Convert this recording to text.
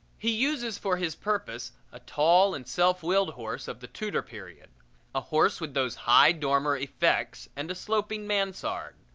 he uses for his purpose a tall and self-willed horse of the tudor period a horse with those high dormer effects and a sloping mansard.